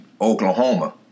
Oklahoma